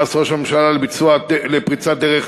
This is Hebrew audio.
פרס ראש הממשלה על פריצת דרך